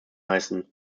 heißen